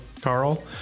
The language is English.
Carl